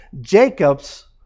Jacob's